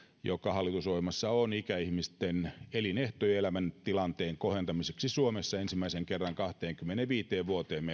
joka hallitusohjelmassa on ikäihmisten elinehtojen ja elämäntilanteen kohentamiseksi suomessa ensimmäisen kerran kahteenkymmeneenviiteen vuoteen